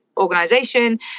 organization